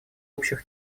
общих